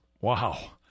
Wow